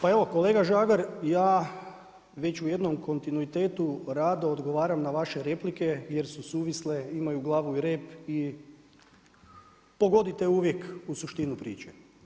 Pa evo, kolega Žagar, ja već u jednom kontinuitetu rado odgovaram na vaše replike jer su suvisle, imaju glavu i rep i pogodite uvijek u suštinu priče.